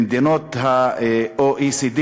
במדינות ה-OECD,